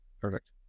Perfect